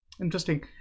Interesting